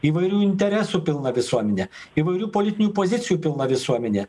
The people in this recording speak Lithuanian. įvairių interesų pilna visuomenė įvairių politinių pozicijų pilna visuomenė